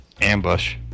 Ambush